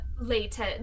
later